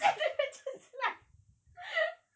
then I'm just like